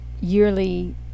yearly